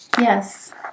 Yes